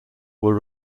were